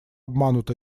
обманут